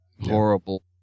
horrible